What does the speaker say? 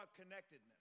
connectedness